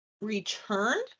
returned